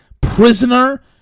prisoner